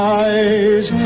eyes